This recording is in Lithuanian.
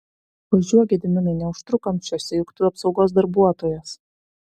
važiuok gediminai neužtruk kamščiuose juk tu apsaugos darbuotojas